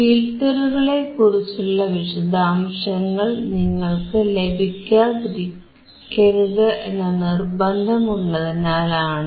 ഫിൽറ്ററുകളെക്കുറിച്ചുള്ള വിശദാംശങ്ങൾ നിങ്ങൾക്ക് ലഭിക്കാതിരിക്കരുത് എന്ന നിർബന്ധം ഉള്ളതിനാലാണ് അത്